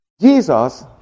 Jesus